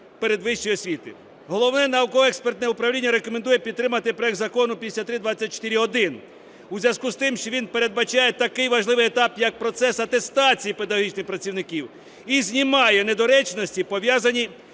передвищої освіти. Головне науково-експертне управління рекомендує підтримати проект Закону 5324-1 у зв'язку з тим, що він передбачає такий важливий етап, як процес атестації педагогічних працівників, і знімає недоречності, пов'язані